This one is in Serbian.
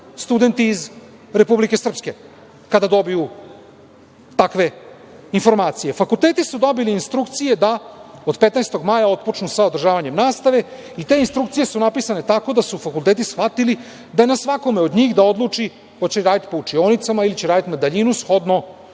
studenti iz Republike Srpske kada dobiju takve informacije? Fakulteti su dobili instrukcije da od 15. maja otpočnu sa održavanjem nastave i te instrukcije su napisane tako da su fakulteti shvatili da je na svakome od njih da odluči hoće li raditi po učionicama ili će raditi na daljinu, shodno svojim